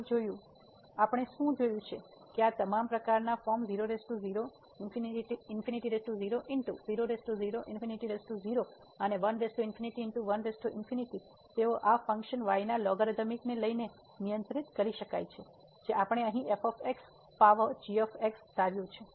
તેથી આપણે શું જોયું છે કે આ તમામ પ્રકારનાં ફોર્મ અને તેઓ આ ફંક્શન y ના લોગરીધમિકને લઈને નિયંત્રિત કરી શકાય છે જે આપણે અહીં f પાવર જી ધાર્યું છે